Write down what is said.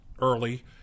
early